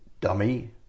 Dummy